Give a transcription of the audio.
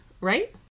right